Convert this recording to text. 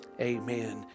amen